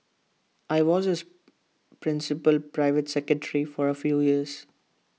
I was his principal private secretary for A few years